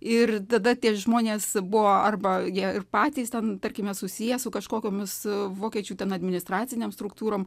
ir tada tie žmonės buvo arba jie ir patys ten tarkime susiję su kažkokiomis vokiečių ten administracinėm struktūrom